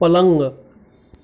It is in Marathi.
पलंग